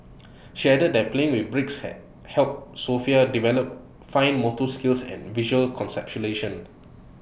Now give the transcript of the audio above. she added that playing with bricks had helped Sofia develop fine motor skills and visual conceptualisation